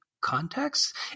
context